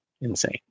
insane